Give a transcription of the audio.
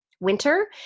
winter